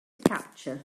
capture